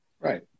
right